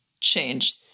change